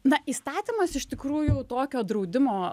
na įstatymas iš tikrųjų tokio draudimo